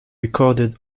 recorded